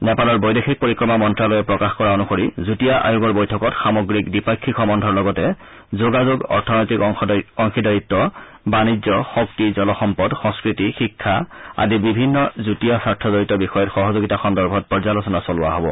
নেপালৰ বৈদেশিক পৰিক্ৰমা মন্তালয়ে প্ৰকাশ কৰা অনুসৰি যুটীয়া আয়োগৰ বৈঠকত সামগ্ৰিক দ্বিপাক্ষিক সম্বন্ধৰ লগতে যোগাযোগ অৰ্থনৈতিক অংশীদাৰিত বাণিজ্য শক্তি জলসম্পদ সংস্থিত শিক্ষা আদি বিভিন্ন যুটীয়া স্বাৰ্থজড়িত বিষয়ত সহযোগিতা সন্দৰ্ভত পৰ্যালোচনা চলোৱা হ'ব